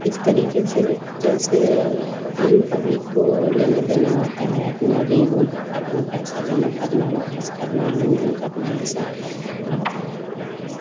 इस तरीक़े से जैसे आम पब्लिक को लेना देना होता है अपना अपना पैसा जमा करना वापस करना लेन देन करना यह सब रहता है धन्यवाद